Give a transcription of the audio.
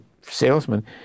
salesman